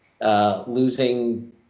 losing